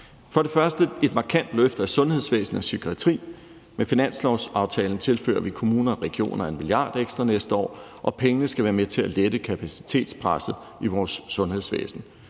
For det første sker der et markant løft af sundhedsvæsen og psykiatri. Med finanslovsaftalen tilfører vi kommuner og regioner 1 mia. kr. ekstra næste år, og pengene skal være med til at lette kapacitetspresset i vores sundhedsvæsen.